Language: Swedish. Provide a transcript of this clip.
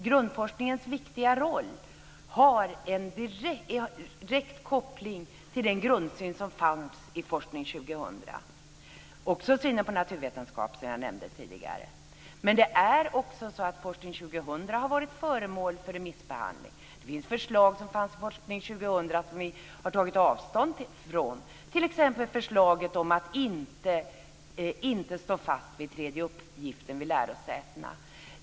Grundforskningens viktiga roll har en direkt koppling till den grundsyn som fanns i Forskning 2000, och även till synen på naturvetenskap som jag nämnde tidigare. Men det är också så att Forskning 2000 har varit föremål för remissbehandling. Det fanns förslag i Forskning 2000 som vi har tagit avstånd från, t.ex. förslaget om att inte stå fast vid den tredje uppgiften vid lärosätena.